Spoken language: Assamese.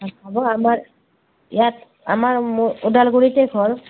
হ'ব আমাৰ ইয়াত আমাৰ মোৰ ওদালগুৰিতে ঘৰ